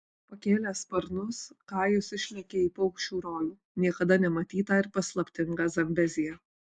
pakėlęs sparnus kajus išlekia į paukščių rojų niekada nematytą ir paslaptingą zambeziją